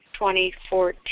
2014